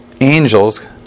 angels